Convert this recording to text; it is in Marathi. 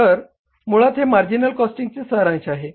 तर मुळात हे मार्जिनल कॉस्टिंगचे सारांश आहे